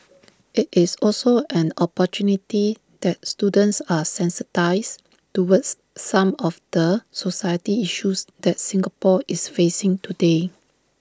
IT is also an opportunity that students are sensitised towards some of the society issues that Singapore is facing today